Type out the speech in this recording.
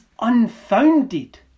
unfounded